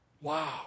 Wow